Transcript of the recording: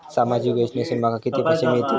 सामाजिक योजनेसून माका किती पैशे मिळतीत?